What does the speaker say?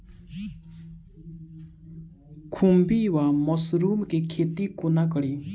खुम्भी वा मसरू केँ खेती कोना कड़ी?